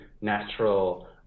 natural